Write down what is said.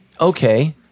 okay